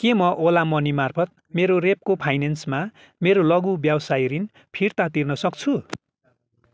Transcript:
के म Ola Money मार्फत रेप्को फाइनेन्समा मेरो लघु व्यवसाय ऋण फिर्ता तिर्न सक्छु